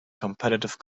competitive